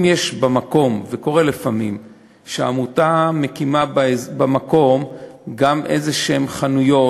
אם יש במקום וקורה לפעמים שעמותה מקימה במקום גם איזשהן חנויות,